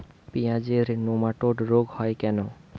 পেঁয়াজের নেমাটোড রোগ কেন হয়?